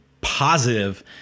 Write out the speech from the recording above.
positive